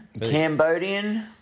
Cambodian